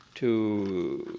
to